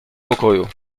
pokoju